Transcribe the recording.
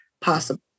possible